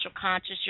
conscious